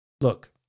Look